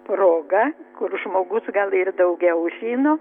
proga kur žmogus gal ir daugiau žino